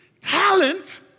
talent